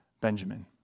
Benjamin